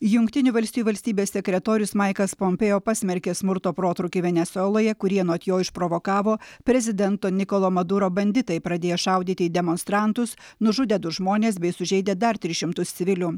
jungtinių valstijų valstybės sekretorius maikas pompėo pasmerkė smurto protrūkį venesueloje kurie anot jo išprovokavo prezidento nikolo maduro banditai pradėjo šaudyti į demonstrantus nužudė du žmones bei sužeidė dar tris šimtus civilių